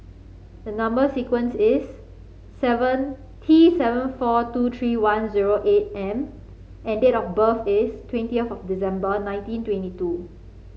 the number sequence is seven T seven four two three one zero eight M and date of birth is twenty of December nineteen twenty two